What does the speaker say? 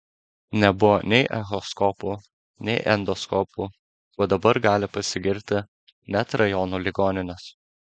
nebuvo nei echoskopų nei endoskopų kuo dabar gali pasigirti net rajonų ligoninės